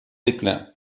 déclin